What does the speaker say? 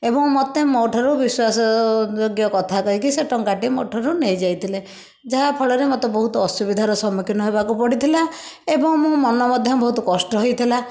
ଏବଂ ମୋତେ ମୋ ଠାରୁ ବିଶ୍ବାସ ଯୋଗ୍ୟ କଥା କହିକି ସେ ଟଙ୍କାଟି ମୋ ଠାରୁ ନେଇଯାଇ ଥିଲେ ଯାହା ଫଳରେ ମୋତେ ବହୁତ ଅସୁବିଧାର ସମମୁଖିନ ହେବାକୁ ପଡ଼ିଥିଲା ଏବଂ ମୋ ମନ ମଧ୍ୟ ବହୁତ କଷ୍ଟ ହେଇଥିଲା